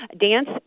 dance